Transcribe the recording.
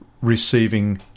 receiving